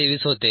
23 होते